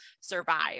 survive